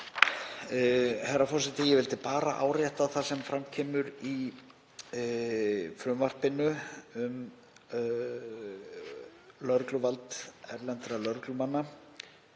Herra forseti. Ég vildi bara árétta það sem fram kemur í frumvarpinu um lögregluvald erlendra lögreglumanna.